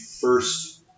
first